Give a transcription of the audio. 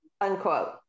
unquote